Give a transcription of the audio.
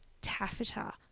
taffeta